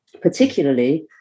particularly